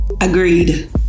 Agreed